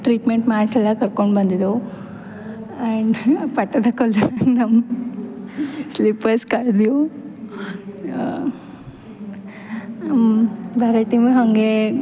treatment ಮಾಡ್ಸೆಲ್ಲ ಕರ್ಕೊಂಡು ಬಂದಿದ್ದೆವು ಆ್ಯಂಡ್ ಪಟ್ಟದಕಲ್ಲು ನಮ್ಮ ಸ್ಲಿಪ್ಪರ್ಸ್ ಕಳ್ದೆವು ಹಾಗೆ